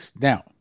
Now